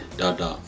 dada